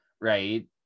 right